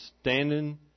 standing